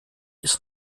ist